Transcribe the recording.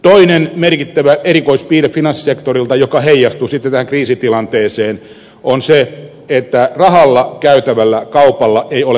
toinen finanssisektorin merkittävä erikoispiirre joka heijastuu sitten tähän kriisitilanteeseen on se että rahalla käytävällä kaupalla ei ole välillisiä veroja